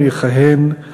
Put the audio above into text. זו הפעם הראשונה?